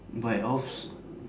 buyoffs